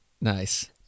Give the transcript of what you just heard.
Nice